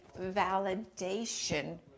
validation